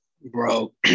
Bro